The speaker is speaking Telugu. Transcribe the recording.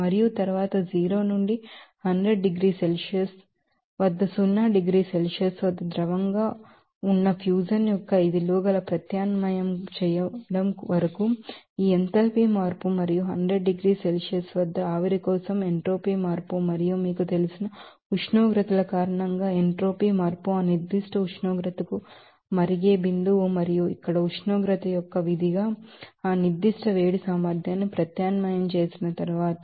మరియు తరువాత 0 నుండి 100 డిగ్రీల సెల్సియస్ వద్ద సున్నా డిగ్రీల సెల్సియస్ ద్రవం వద్ద ఫ్యూజన్ యొక్క ఈ విలువలను ప్రత్యామ్నాయం చేయడం వరకు ఆ ఎంథాల్పీ మార్పు మరియు 100 డిగ్రీల సెల్సియస్ వద్ద ఆవిరి కోసం ఎంట్రోపీ మార్పు మరియు మీకు తెలిసిన ఉష్ణోగ్రతల కారణంగా ఎంట్రోపీ మార్పు ఆ నిర్దిష్ట ఉష్ణోగ్రతకు బొయిలింగ్ పాయింట్ మరియు ఇక్కడ ఉష్ణోగ్రత యొక్క విధిగా ఆ స్పెసిఫిక్ హీట్ కెపాసిటీ ప్రత్యామ్నాయం చేసిన తరువాత